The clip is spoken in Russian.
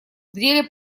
деле